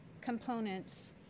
components